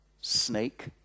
snake